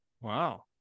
wow